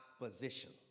opposition